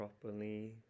properly